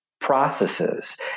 processes